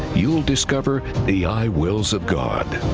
you will discover the i wills of god.